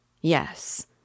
yes